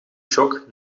shock